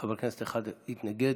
חבר כנסת אחד התנגד,